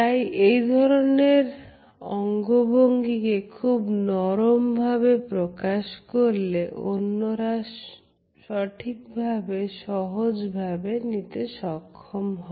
তাই এই ধরনের অঙ্গভঙ্গি কে খুব নরম ভাবে প্রকাশ করলে অন্যরা সেটিকে সহজভাবে নিতে সক্ষম হয়